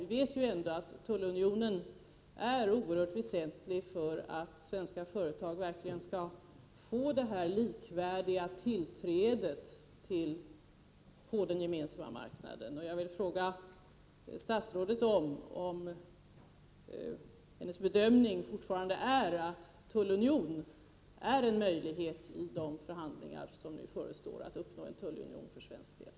Vi vet ju att en tullunion är något oerhört väsentligt för att svenska företag verkligen skall få ett likvärdigt tillträde till den gemensamma marknaden. Jag vill därför återigen fråga statsrådet om hennes bedömning fortfarande är att en tullunion är en möjlighet, dvs. om det är möjligt att, i de förhandlingar som nu förestår, uppnå en tullunion för svensk del.